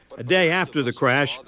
a day after the crash.